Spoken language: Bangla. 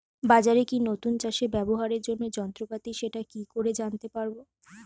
বাজারে কি নতুন চাষে ব্যবহারের জন্য যন্ত্রপাতি সেটা কি করে জানতে পারব?